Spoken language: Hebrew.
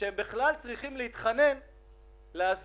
שהם בכלל צריכים להתחנן ולהסביר